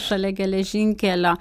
šalia geležinkelio